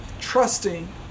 Trusting